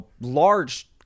large